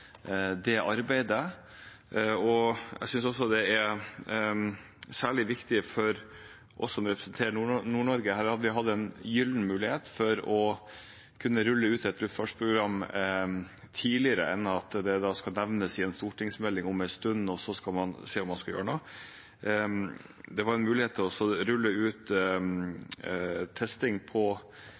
det arbeidet, og jeg synes det er særlig viktig for oss som representerer Nord-Norge. Her hadde vi hatt en gyllen mulighet for å kunne rulle ut et luftfartsprogram tidligere enn om det skal det nevnes i en stortingsmelding om en stund, og så skal man se om man skal gjøre noe. Det var en mulighet til også å rulle ut testing på